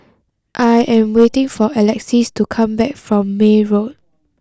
I am waiting for Alexys to come back from May Road